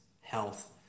health